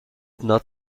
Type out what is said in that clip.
not